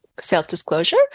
self-disclosure